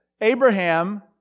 Abraham